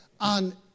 on